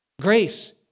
Grace